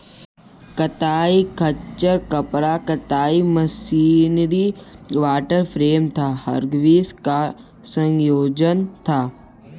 कताई खच्चर कपास कताई मशीनरी वॉटर फ्रेम तथा हरग्रीव्स का संयोजन था